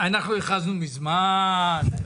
הכרזנו מזמן.